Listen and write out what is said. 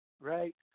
right